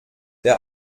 der